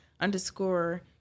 underscore